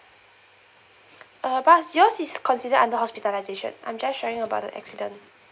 uh but yours is considered under hospitalisation I'm just sharing about the accident